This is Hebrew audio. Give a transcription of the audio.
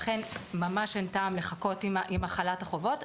לכן ממש אין טעם לחכות עם החלת החובות.